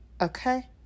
Okay